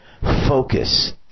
Focus